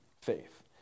faith